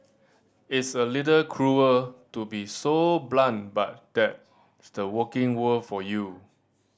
it's a little cruel to be so blunt but that's the working world for you